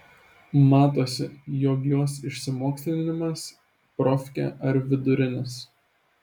matosi jog jos išsimokslinimas profkė ar vidurinis